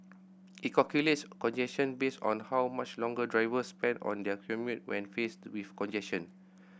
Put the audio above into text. it calculates congestion based on how much longer drivers spend on their commute when faced with congestion